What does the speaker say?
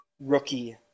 rookie